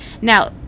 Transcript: Now